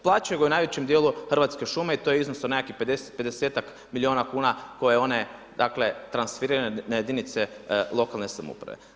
Plaćaju ga u najvećem dijelu Hrvatske šume i to je iznos od nekakvih 50-ak milijuna kuna koje one dakle transferiraju na jedinice lokalne samouprave.